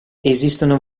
esistono